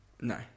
No